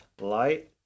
light